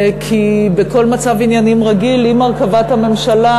כי בכל מצב עניינים רגיל, עם הרכבת הממשלה